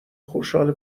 خوشحال